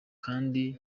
kandi